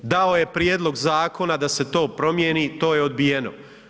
Dao je prijedlog zakona da se to promijeni, to je odbijeno.